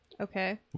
Okay